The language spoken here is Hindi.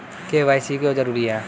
के.वाई.सी क्यों जरूरी है?